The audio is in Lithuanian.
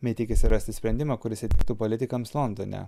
bei tikisi rasti sprendimą kuris įtiktų politikams londone